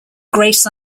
grace